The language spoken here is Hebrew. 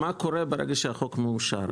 מה קורה ברגע שהחוק מאושר?